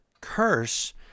curse